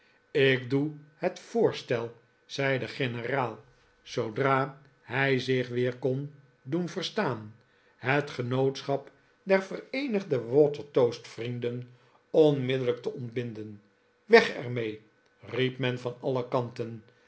ik doe het voorstel zei de generaal zoodra hij zich weer kon doen verstaan m het genootschap der vereenigde waterioast vrienden onmiddellijk te ontbinden nweg er mee riep men van alle kanten